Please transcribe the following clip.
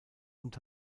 und